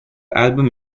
album